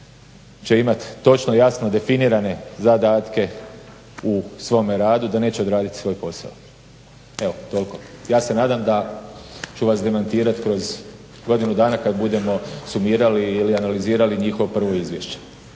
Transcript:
će imati točno jasno definirane zadatke u svome radu da neće odraditi svoj posao. Evo, toliko. Ja se nadam da ću vas demantirati kroz godinu dana kad budemo sumirali ili analizirali njihovo prvo izvješće.